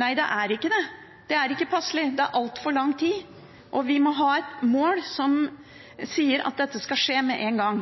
Nei, det er ikke det – det er ikke passelig, det er altfor lang tid. Vi må ha et mål som sier at dette skal skje med én gang.